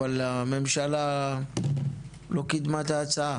אבל הממשלה לא קידמה את ההצעה.